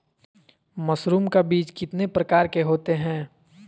Mushroom का बीज कितने प्रकार के होते है?